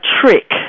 trick